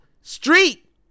Street